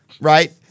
right